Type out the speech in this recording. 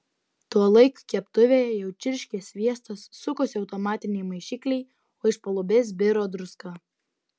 tuolaik keptuvėje jau čirškė sviestas sukosi automatiniai maišikliai o iš palubės biro druska